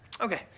Okay